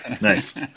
Nice